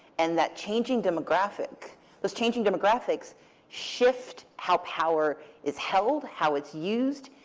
and that changing demographic those changing demographics shift how power is held, how it's used,